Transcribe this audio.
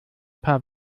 paar